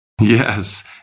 Yes